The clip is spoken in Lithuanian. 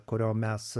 kurio mes